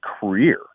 career